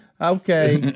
Okay